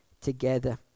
together